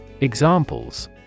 Examples